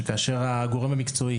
שכאשר הגורם המקצועי,